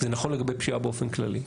זה נכון לגבי פשיעה באופן כללי.